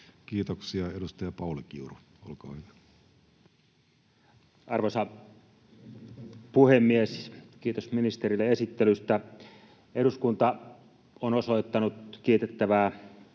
Kiitoksia. — Edustaja Pauli Kiuru, olkaa hyvä. Arvoisa puhemies! Kiitos ministerille esittelystä. Eduskunta on osoittanut kiitettävää